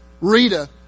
Rita